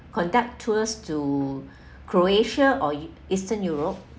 conduct tours to croatia or eastern europe